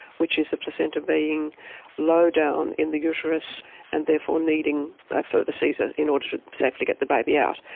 which is the placenta being low down in the uterus and therefore needing a further caesar in order to like to get the baby out,